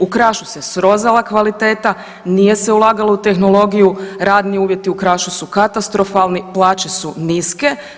U Krašu se srozala kvaliteta, nije se ulagalo u tehnologiju, radni uvjeti u Krašu su katastrofalni, plaće su niske.